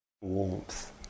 warmth